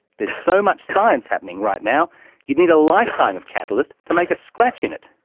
there's so much science happening right now you'd need a lifetime of catalyst to make a scratch in it.